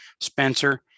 Spencer